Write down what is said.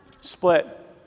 Split